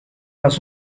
las